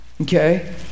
Okay